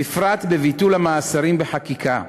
בפרט בביטול המאסרים בחקיקה,